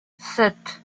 sept